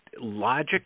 Logic